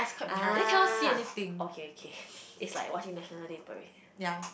ah okay okay it's like watching National Day Parade